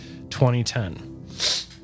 2010